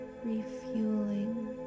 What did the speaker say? refueling